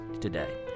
today